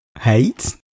Hate